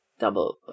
Double